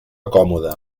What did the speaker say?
còmode